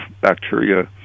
bacteria